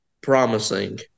promising